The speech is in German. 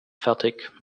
fertig